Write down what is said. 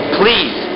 please